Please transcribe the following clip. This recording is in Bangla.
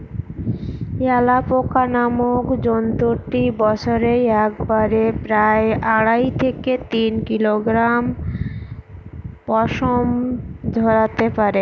অ্যালাপোকা নামক জন্তুটি বছরে একবারে প্রায় আড়াই থেকে তিন কিলোগ্রাম পশম ঝোরাতে পারে